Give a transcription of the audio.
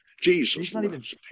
jesus